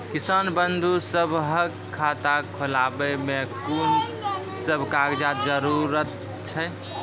किसान बंधु सभहक खाता खोलाबै मे कून सभ कागजक जरूरत छै?